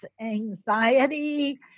anxiety